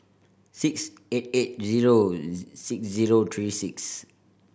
six eight eight zero six zero three six